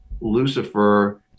Lucifer